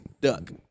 Duck